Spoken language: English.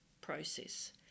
process